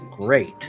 great